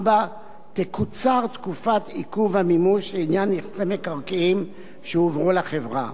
4. תקוצר תקופת עיכוב המימוש לעניין נכסי מקרקעין שהועברו לחברה.